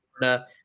Florida